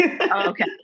Okay